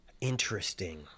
Interesting